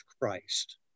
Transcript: Christ